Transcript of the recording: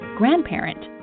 grandparent